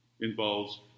involves